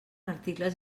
articles